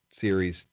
Series